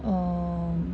um